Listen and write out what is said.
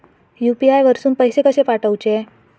UPI वरसून पैसे कसे पाठवचे?